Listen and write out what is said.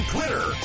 Twitter